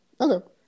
Okay